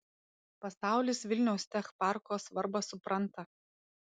pasaulis vilniaus tech parko svarbą supranta